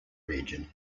region